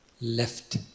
left